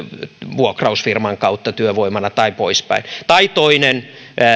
vuokrausfirman kautta työvoimana tai niin poispäin tai toinen